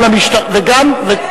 זה שירות אזרחי וזה צבא.